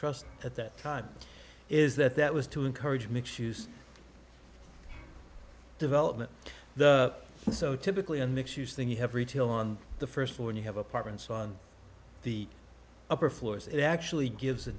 trust at that time is that that was to encourage mixed use development so typically in mixed use thing you have retail on the first floor and you have apartments on the upper floors it actually gives a